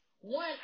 one